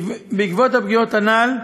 בעקבות הפגיעות הנ"ל,